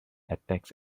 attacks